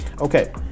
okay